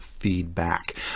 feedback